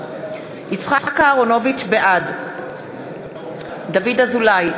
בעד דוד אזולאי,